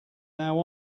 now